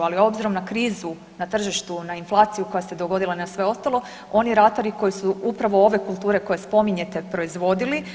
Ali obzirom na krizu na tržištu, na inflaciju koja se dogodila, na sve ostalo oni ratari koji su upravo ove kulture koje spominjete proizvodili